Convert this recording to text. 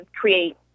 create